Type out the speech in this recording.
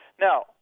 Now